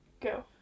go